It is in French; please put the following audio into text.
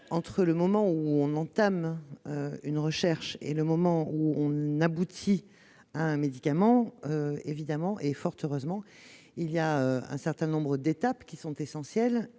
entre le moment où l'on entame des recherches et celui où l'on aboutit à un médicament, il y a évidemment, et fort heureusement, un certain nombre d'étapes, qui sont essentielles